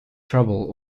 trouble